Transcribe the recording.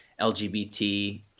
LGBT